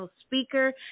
speaker